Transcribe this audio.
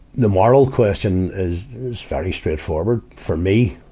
the moral question is, is very straight forward, for me.